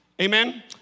amen